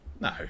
No